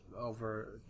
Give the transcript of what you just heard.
over